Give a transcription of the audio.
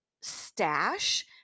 stash